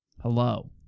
Hello